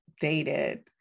dated